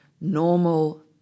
normal